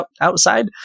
outside